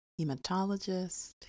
hematologist